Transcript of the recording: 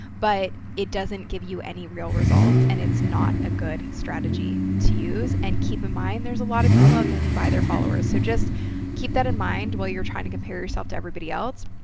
but it doesn't give you any real results and it's not a good strategy to use. and keep in mind there's a lot of people out there who buy their followers. so, just keep that in mind while you're trying to compare yourself to everybody else.